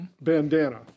Bandana